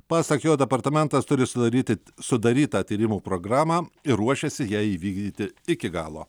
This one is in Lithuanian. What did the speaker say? pasak jo departamentas turi sudaryti sudarytą tyrimų programą ir ruošiasi ją įvykdyti iki galo